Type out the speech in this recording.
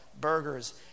Burgers